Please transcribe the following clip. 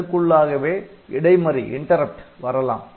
இதற்குள்ளாகவே இடைமறி வரலாம்